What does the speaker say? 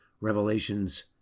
Revelations